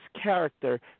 character